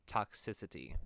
toxicity